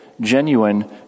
genuine